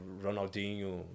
Ronaldinho